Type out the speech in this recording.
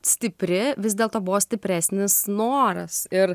stipri vis dėlto buvo stipresnis noras ir